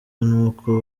n’uko